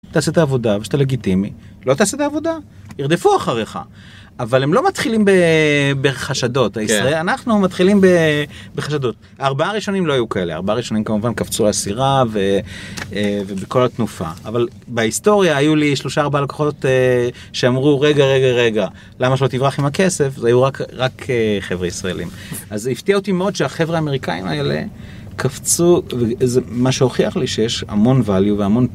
תעשה את העבודה ושאתה לגיטימי, לא תעשה את העבודה, ירדפו אחריך, אבל הם לא מתחילים בחשדות, אנחנו מתחילים בחשדות, ארבעה הראשונים לא היו כאלה, ארבעה הראשונים כמובן קפצו לסירה ובכל התנופה, אבל בהיסטוריה היו לי 3-4 לקוחות שאמרו רגע רגע רגע, למה שלא תברח עם הכסף, זה היו רק חבר'ה ישראלים, אז הפתיע אותי מאוד שהחבר'ה האמריקאים האלה קפצו, מה שהוכיח לי שיש המון value והמון,